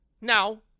Now